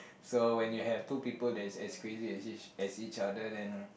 so when you have two people that is as crazy as each as each other then